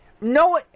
No